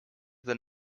the